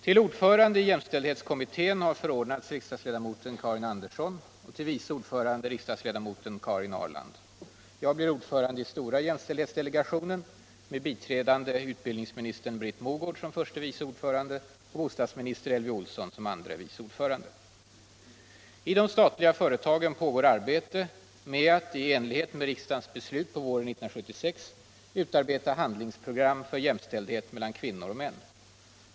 Till ordförande i jämställdhetskommittén har förordnats riksdagsledamoten Karin Andersson och till vice ordförande riksdagsledamoten Karin Ahrland. Jag blir ordförande i stora jämställdhetsdelegationen med biträdande utbildningsminister Britt Mogård som förste vice ordförande och bostadsminister Elvy Olsson som andre vice ordförande. I de statliga företagen pågår arbete med att, i enlighet med riksdagens beslut våren 1976, utarbeta handlingsprogram för jämställdhet mellan kvinnor och män.